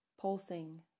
pulsing